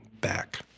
back